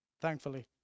thankfully